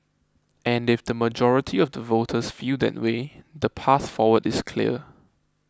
and if the majority of the voters feel that way the path forward is clear